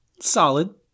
Solid